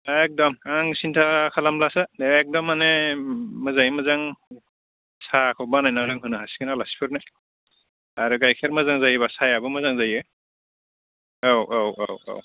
एखदम आं सिन्था खालामलासो एखदम माने मोजाङै मोजां साहाखौ बानायना लोंहोनो हासिगोन आलासिफोरनो आरो गाइखेर मोजां जायोब्ला साहायाबो मोजां जायो औ औ औ औ